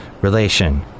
relation